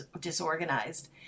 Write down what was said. disorganized